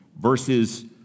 verses